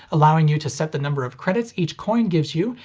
allowing you to set the number of credits each coin gives you,